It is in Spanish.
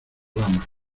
ramas